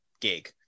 gig